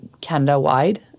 Canada-wide